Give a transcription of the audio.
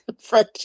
French